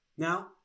Now